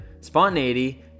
spontaneity